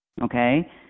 okay